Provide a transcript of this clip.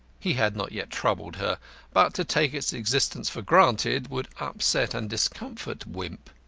he had not yet troubled her but to take its existence for granted would upset and discomfort wimp.